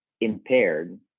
impaired